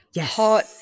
hot